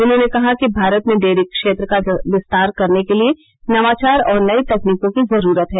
उन्होंने कहा कि भारत में डेयरी क्षेत्र का विस्तार करने के लिए नवाचार और नई तकनीकों की जरूरत है